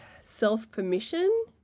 self-permission